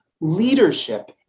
leadership